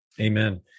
Amen